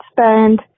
spend